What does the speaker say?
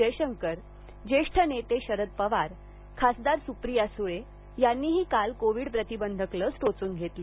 जयशंकर ज्येष्ठ नेते शरद पवार खासदार सुप्रिया सुळे यांनीही काल कोविड प्रतिबंधक लस टोचून घेतली